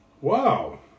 Wow